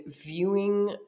viewing